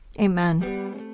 amen